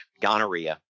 gonorrhea